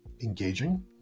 engaging